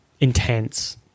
intense